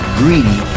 greedy